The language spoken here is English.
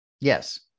yes